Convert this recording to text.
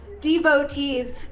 devotees